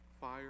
fire